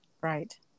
Right